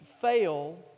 fail